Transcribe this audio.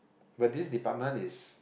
but this department is